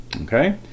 Okay